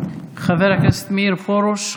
חבר הכנסת מאיר פרוש,